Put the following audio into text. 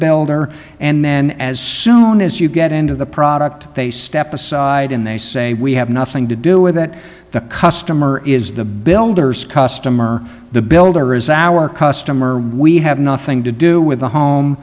or and then as soon as you get into the product they step aside and they say we have nothing to do with it the customer is the builders customer the builder is our customer we have nothing to do with the home